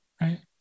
right